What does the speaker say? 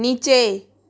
नीचे